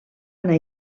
anar